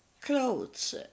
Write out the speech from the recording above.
clothes